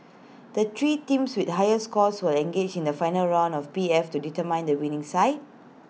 the three teams with the highest scores will engage in A final round of P F to determine the winning side